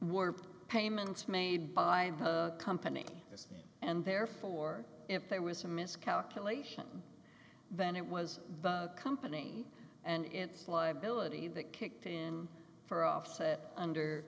more payments made by a company this and therefore if there was a miscalculation then it was the company and its liability that kicked in for offset under